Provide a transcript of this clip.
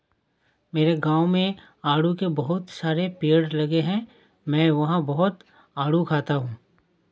मेरे गाँव में आड़ू के बहुत सारे पेड़ लगे हैं मैं वहां बहुत आडू खाता हूँ